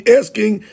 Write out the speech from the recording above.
asking